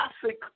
classic